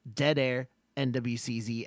deadairnwcz